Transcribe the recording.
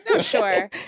sure